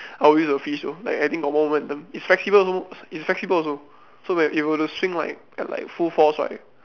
I will use a fish though like I think got more momentum it's flexible also it's flexible also so when it were to swing right at like full force right